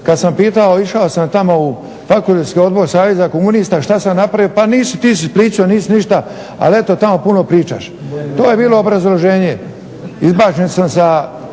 Kad sam pitao, išao sam tamo u Fakultetski odbor saveza komunista šta sam napravio. Pa nisi, ti si pričao, nisi ništa, ali eto tamo puno pričaš. To je bilo obrazloženje. Izbačen sam sa